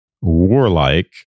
warlike